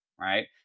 right